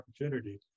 opportunity